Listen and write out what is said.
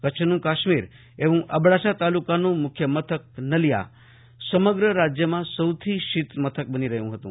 કચ્છનું કાશ્મીર એવું અબડાસા તાલુકાનું મુખ્યમથક નળિયા સમગ્ર રાજ્યમાં સૌથી સહિત નગર બની રહ્યું હતું